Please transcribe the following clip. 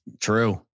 True